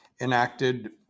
enacted